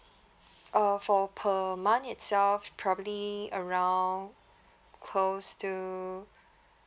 uh for per month itself probably around close to